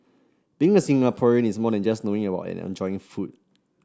being a Singaporean is more than just about knowing and enjoying food